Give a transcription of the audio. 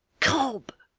cobb,